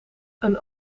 een